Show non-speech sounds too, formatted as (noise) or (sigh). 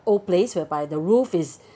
old place whereby the roof is (breath)